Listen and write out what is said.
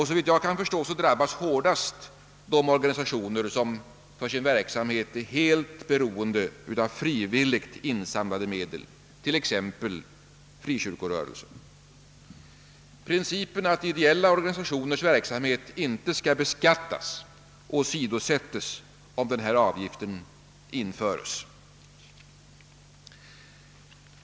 Såvitt jag kan förstå drabbas de organisationer hårdast som för sin verksamhet är helt beroende av frivilligt insamlade medel, t.ex. frikyrkorörelsen, Principen att ideella organisationers verksamhet inte skall beskattas åsidosättes, om denna avgift införes.